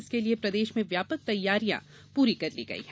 इसके लिए प्रदेश में व्यापक तैयारियों पूरी कर ली गई है